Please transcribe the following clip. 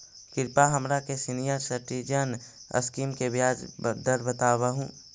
कृपा हमरा के सीनियर सिटीजन स्कीम के ब्याज दर बतावहुं